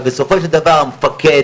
אבל בסופו של דבר המפקד,